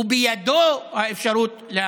ובידו האפשרות להחליט.